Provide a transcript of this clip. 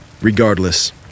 Regardless